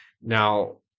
now